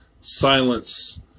silence